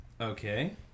Okay